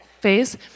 phase